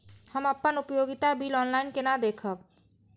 हम अपन उपयोगिता बिल ऑनलाइन केना देखब?